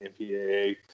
MPAA